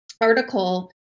article